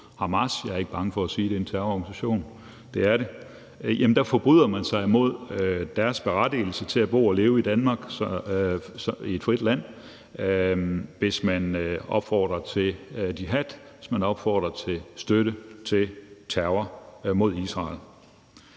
Hamas – jeg er ikke bage for at sige, at det er en terrororganisation, for det er det – så forbryder de sig imod deres berettigelse til at bo og leve i Danmark, i et frit land, hvis de opfordrer til jihad og opfordrer til støtte til terror mod Israel.